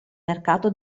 mercato